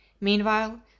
Meanwhile